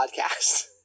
podcast